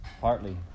partly